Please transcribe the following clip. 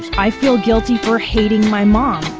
i feel guilty for hating my mom.